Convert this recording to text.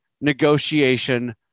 negotiation